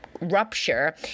rupture